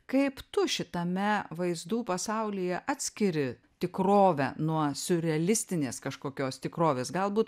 kaip tu šitame vaizdų pasaulyje atskiri tikrovę nuo siurrealistinės kažkokios tikrovės galbūt